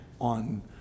on